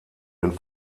den